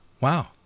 Wow